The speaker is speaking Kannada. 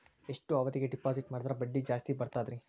ಎಷ್ಟು ಅವಧಿಗೆ ಡಿಪಾಜಿಟ್ ಮಾಡಿದ್ರ ಬಡ್ಡಿ ಜಾಸ್ತಿ ಬರ್ತದ್ರಿ?